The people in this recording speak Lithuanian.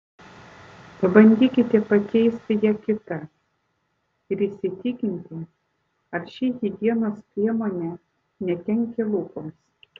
pabandykite pakeisti ją kita ir įsitikinti ar ši higienos priemonė nekenkia lūpoms